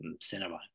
cinema